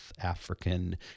African